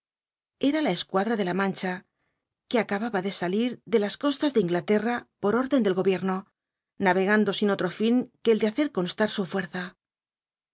era la escuadra de la mancha que acababa de salir de las costas de inglaterra por orden del gobierno navegando sin otro fin que el de hacer constar su fuerza